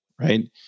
Right